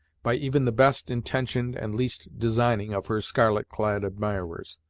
by even the best intentioned and least designing of her scarlet-clad admirers.